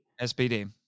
SPD